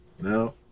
No